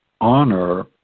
honor